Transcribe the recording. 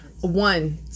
One